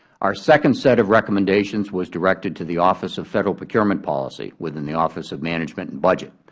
our second set of recommendations was directed to the office of federal procurement policy within the office of management and budget.